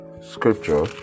scripture